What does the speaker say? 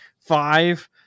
five